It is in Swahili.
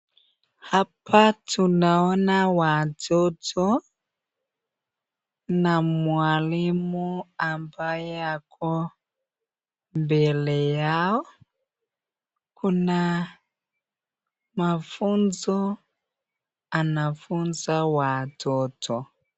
Hapa tunaona watoto na mwalimu ambaye ako mbele yao, kuna mafunzo anafunza watoto.